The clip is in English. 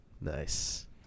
Nice